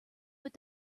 but